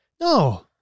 No